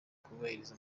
kubahiriza